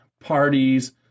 parties